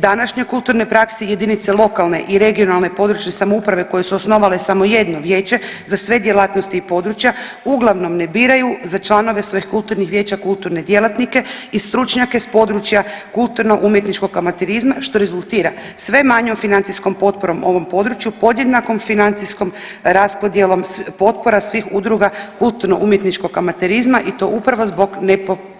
Današnjoj kulturnoj praksi jedinice lokalne i regionalne područne samouprave koje su osnovale samo jedno vijeće za sve djelatnosti i područja uglavnom ne biraju za članove svojih kulturnih vijeća kulturne djelatnike i stručnjake s područja kulturno-umjetničkog amaterizma što rezultira sve manjom financijskom potporom ovom području podjednakom financijskom raspodjelom potpora svih udruga kulturno-umjetničkog amaterizma i to upravo zbog